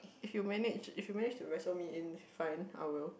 if you manage if you manage to wrestle me in fine I will